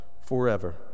forever